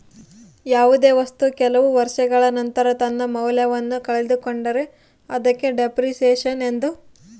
ಯಾವುದೇ ವಸ್ತು ಕೆಲವು ವರ್ಷಗಳ ನಂತರ ತನ್ನ ಮೌಲ್ಯವನ್ನು ಕಳೆದುಕೊಂಡರೆ ಅದಕ್ಕೆ ಡೆಪ್ರಿಸಸೇಷನ್ ಎಂದು ಕರೆಯುತ್ತಾರೆ